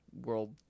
world